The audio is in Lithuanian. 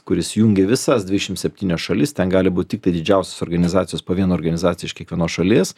kuris jungia visas dvidešim septynias šalis ten gali būt tiktai didžiausios organizacijos po vieną organizaciją iš kiekvienos šalies